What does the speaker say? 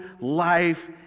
life